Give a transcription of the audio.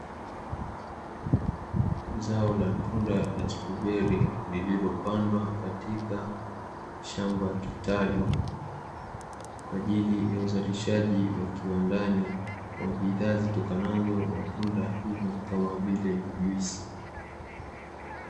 Zao la tunda la stroberi lililopandwa katika shamba kitalu kwa ajili ya uzalishaji wa kiwandani wa bidhaa zitokanazo na tunda hilo kama vile juisi.